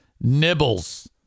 nibbles